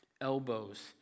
elbows